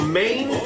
main